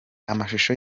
amashusho